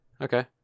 Okay